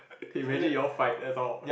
can imagine you all fight that's all